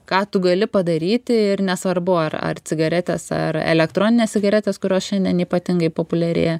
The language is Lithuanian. ką tu gali padaryti ir nesvarbu ar ar cigaretės ar elektroninės cigaretės kurios šiandien ypatingai populiarėja